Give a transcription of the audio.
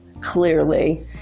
clearly